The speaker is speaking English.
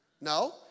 No